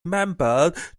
members